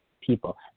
people